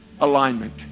alignment